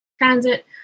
transit